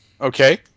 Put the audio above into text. Okay